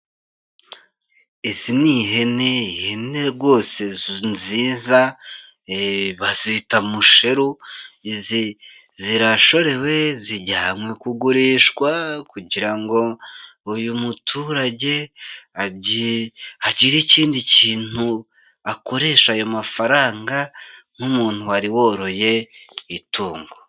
Izi ni ihene, ihene rwose nziza, bazita musheru, izi zirashorewe zijyanwe kugurishwa kugira ngo uyu muturage hagire ikindi kintu akoresha ayo mafaranga nk'umuntu wari woroye itungo.